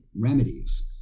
remedies